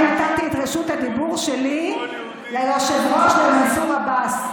אני נתתי את רשות הדיבור שלי ליושב-ראש מנסור עבאס.